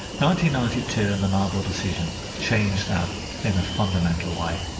ninety ninety two and the mabo decision changed that in a fundamental way.